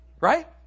Right